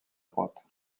droite